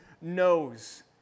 knows